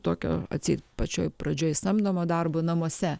tokio atseit pačioj pradžioj samdomo darbo namuose